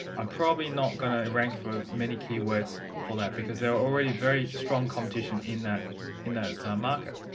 um probably not going to rank for many keywords for that because there are already very strong competition in that in that market.